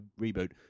reboot